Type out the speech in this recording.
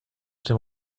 dem